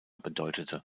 bedeutete